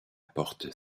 porte